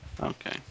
Okay